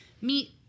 meet